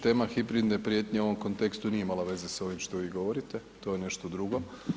Tema hibridne prijetnje u ovom kontekstu nije imala veze s ovim što vi govorite, to je nešto drugo.